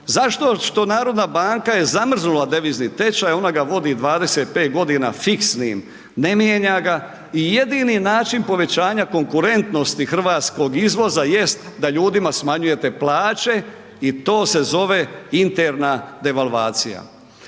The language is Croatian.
Zato što narodna banka je zamrznula devizni tečaj, ona ga vodi 25 godina fiksnim, ne mijenja ga i jedini način povećanja konkurentnosti hrvatskog izvoza jest da ljudima smanjujete plaće i to se zove interna devalvacija.